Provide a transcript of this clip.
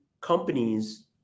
companies